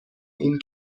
این